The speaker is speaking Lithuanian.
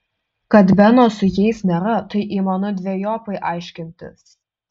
kad beno su jais nėra tai įmanu dvejopai aiškintis